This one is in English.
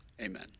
Amen